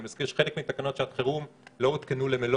אני מזכיר שחלק מהתקנות שעת חירום לא הותקנו למלוא